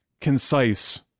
concise